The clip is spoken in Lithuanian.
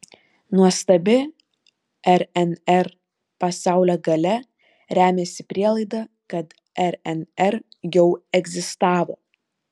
nuostabi rnr pasaulio galia remiasi prielaida kad rnr jau egzistavo